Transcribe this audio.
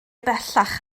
bellach